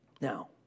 Now